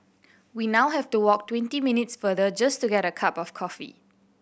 we now have to walk twenty minutes further just to get a cup of coffee